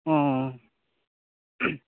ᱚᱸᱻ